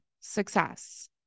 success